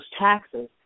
taxes